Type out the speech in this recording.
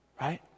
Right